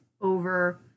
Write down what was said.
over